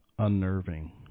unnerving